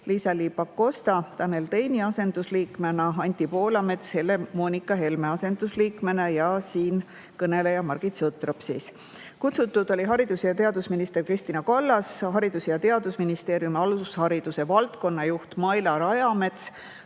Liisa-Ly Pakosta Tanel Teini asendusliikmena, Anti Poolamets Helle-Moonika Helme asendusliikmena ja siinkõneleja Margit Sutrop. Kutsutud oli haridus‑ ja teadusminister Kristina Kallas, Haridus‑ ja Teadusministeeriumi alushariduse valdkonna juht Maila Rajamets,